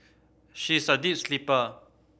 she is a deep sleeper